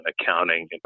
accounting